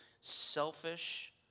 selfish